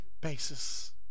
basis